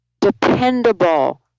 dependable